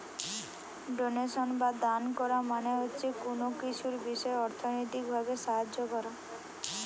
donation বা দান কোরা মানে হচ্ছে কুনো কিছুর বিষয় অর্থনৈতিক ভাবে সাহায্য কোরা